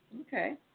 Okay